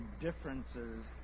differences